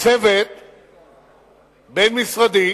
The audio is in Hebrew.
צוות בין-משרדי,